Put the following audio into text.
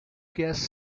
guest